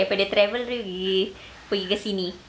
daripada travel pergi ke sini